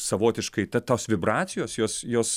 savotiškai ta tos vibracijos jos jos